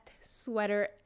sweater